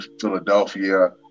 Philadelphia